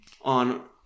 on